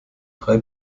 drei